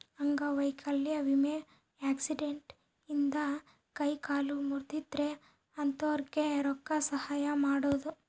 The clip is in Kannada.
ಅಂಗವೈಕಲ್ಯ ವಿಮೆ ಆಕ್ಸಿಡೆಂಟ್ ಇಂದ ಕೈ ಕಾಲು ಮುರ್ದಿದ್ರೆ ಅಂತೊರ್ಗೆ ರೊಕ್ಕ ಸಹಾಯ ಮಾಡೋದು